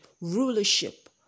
rulership